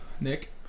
Nick